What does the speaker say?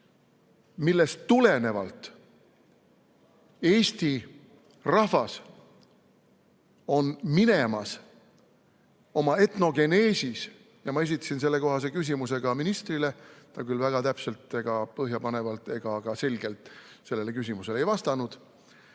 millest tulenevalt eesti rahvas on minemas oma etnogeneesis – ma esitasin selle kohta küsimuse ministrile, ta küll väga täpselt, põhjapanevalt ega ka selgelt sellele küsimusele ei vastanud